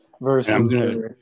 versus